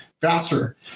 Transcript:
faster